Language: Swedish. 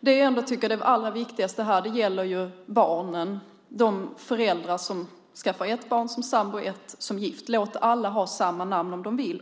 det viktigaste är barnen. De föräldrar som skaffar ett barn som sambor och ett som gifta ska kunna låta alla barnen ha samma namn om de vill.